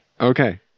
Okay